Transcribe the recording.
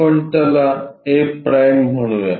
आपण त्याला a' म्हणूया